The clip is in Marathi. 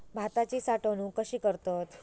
भाताची साठवूनक कशी करतत?